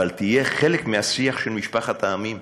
אבל תהיה חלק מהשיח של משפחת העמים.